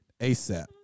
ASAP